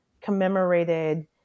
commemorated